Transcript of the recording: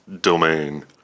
domain